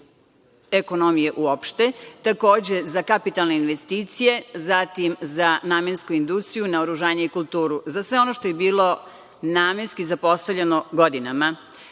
ekonomije uopšte, takođe, za kapitalne investicije, zatim za namensku industriju, naoružanje i kulturu, za sve ono što je bilo namenski zapostavljeno godinama. Pre